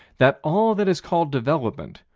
that all that is called development,